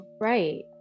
right